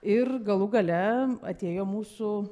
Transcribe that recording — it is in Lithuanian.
ir galų gale atėjo mūsų